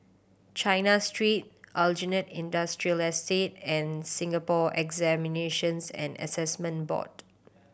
China Street Aljunied Industrial Estate and Singapore Examinations and Assessment Board